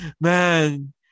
man